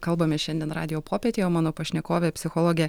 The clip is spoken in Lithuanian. kalbamės šiandien radijo popietėj o mano pašnekovė psichologė